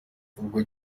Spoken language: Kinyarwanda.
ubwo